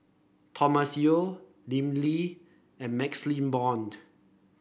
Thomas Yeo Lim Lee and MaxLe Blond